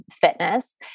fitness